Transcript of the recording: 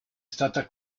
stata